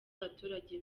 abaturage